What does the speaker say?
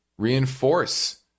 Reinforce